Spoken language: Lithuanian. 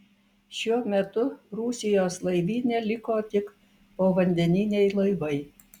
šiuo metu rusijos laivyne liko tik povandeniniai laivai